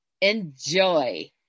Enjoy